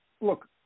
look